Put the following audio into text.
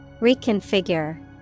Reconfigure